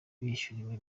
bishyuriwe